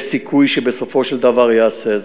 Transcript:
יש סיכוי שבסופו של דבר יעשה זאת.